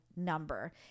number